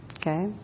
Okay